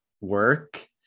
work